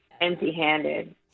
empty-handed